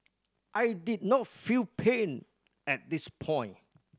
I did not feel pain at this point